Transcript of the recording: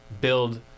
build